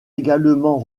également